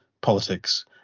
politics